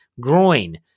groin